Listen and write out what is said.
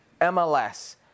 MLS